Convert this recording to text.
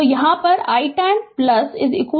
Refer Slide Time 3018 तो हमे इस पर जाने दो